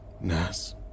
Nas